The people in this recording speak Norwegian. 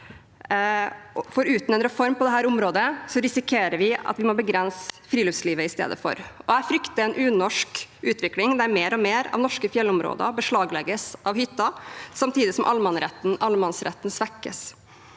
for uten en reform på området risikerer vi at vi må begrense friluftslivet i stedet. Jeg frykter en unorsk utvikling, der mer og mer av norske fjellområder beslaglegges av hytter samtidig som allemannsretten svekkes.